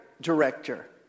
director